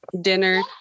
dinner